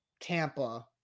Tampa